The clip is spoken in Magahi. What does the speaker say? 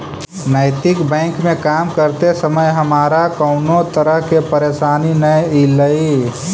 नैतिक बैंक में काम करते समय हमारा कउनो तरह के परेशानी न ईलई